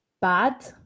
bad